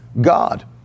God